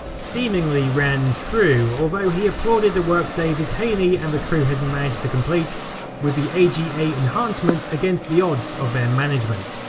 seemingly ran true, although he applauded the work david haynie and the crew had managed to complete with the enhancements against the odds of their management.